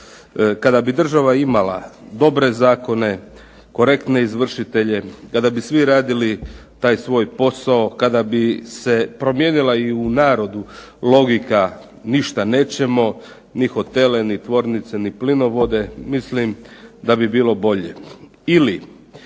Kada bi država imala dobre zakone, korektne izvršitelje, kada bi svi radili taj svoj posao. Kada bi se promijenila i u narodu logika ništa nećemo, ni hotele, ni tvornice, ni plinovode mislim da bi bilo bolje.